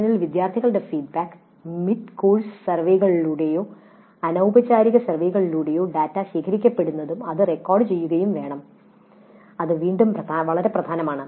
സെഷനിൽ വിദ്യാർത്ഥികളുടെ ഫീഡ്ബാക്കിൽ മിഡ് കോഴ്സ് സർവേകളിലൂടെയോ അനൌപചാരിക സർവേകളിലൂടെയോ ഡാറ്റ ശേഖരിക്കപ്പെടുകയും അതും റെക്കോർഡുചെയ്യുകയും വേണം അത് വീണ്ടും വളരെ പ്രധാനമാണ്